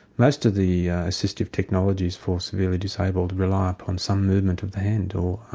most of the assistive technologies for severely disabled rely upon some movement of the hand or